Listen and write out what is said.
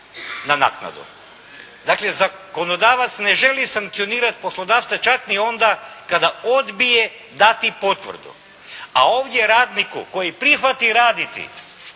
na naknadu.